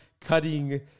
cutting